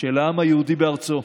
של העם היהודי בארצו.